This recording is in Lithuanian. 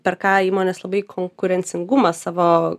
per ką įmonės labai konkurencingumą savo